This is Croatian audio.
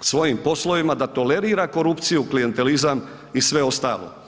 svojim poslovima, da tolerira korupciju, klijentelizam i sve ostalo.